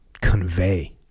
convey